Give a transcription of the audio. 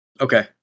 Okay